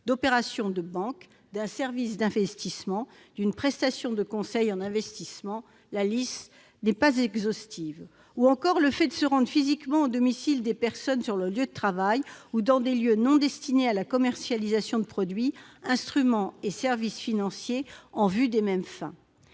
fourniture d'un service d'investissement ou d'une prestation de conseil en investissement ; la liste n'est pas exhaustive ! Le démarchage recouvre encore « le fait de se rendre physiquement au domicile des personnes, sur leur lieu de travail ou dans les lieux non destinés à la commercialisation de produits, instruments et services financiers, en vue des mêmes fins